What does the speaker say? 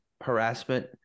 harassment